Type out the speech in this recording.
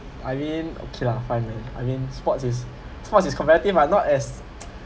I mean okay lah fine man I mean sports is sports is competitive ah not as